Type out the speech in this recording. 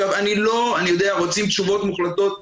אני יודע, רוצים תשובות מוחלטת.